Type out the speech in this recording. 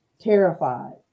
terrified